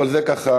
אבל זה ככה,